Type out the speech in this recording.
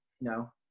No